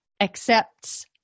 accepts